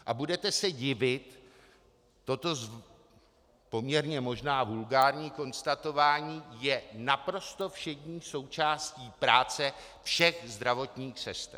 A budete se divit, toto poměrně možná vulgární konstatování je naprosto všední součástí práce všech zdravotních sester.